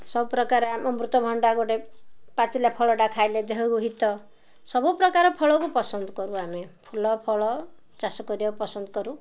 ସବୁପ୍ରକାର ଆମ ଅମୃତଭଣ୍ଡା ଗୋଟେ ପାଚିଲା ଫଳଟା ଖାଇଲେ ଦେହକୁ ହିତ ସବୁ ପ୍ରକାର ଫଳକୁ ପସନ୍ଦ କରୁ ଆମେ ଫୁଲ ଫଳ ଚାଷ କରିବାକୁ ପସନ୍ଦ କରୁ